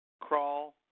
crawl